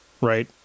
right